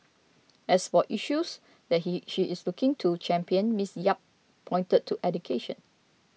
as for issues that he she is looking to champion Miss Yap pointed to education